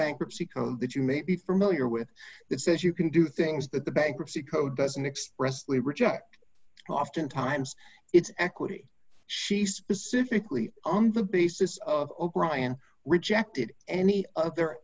bankruptcy code that you may be familiar with that says you can do things that the bankruptcy code doesn't express they reject oftentimes it's equity she specifically on the basis of brian rejected any other